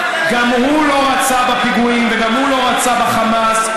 גם הוא לא רצה בפיגועים וגם הוא לא רצה בחמאס,